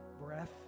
breath